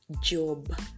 job